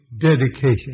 dedication